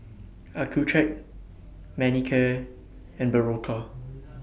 Accucheck Manicare and Berocca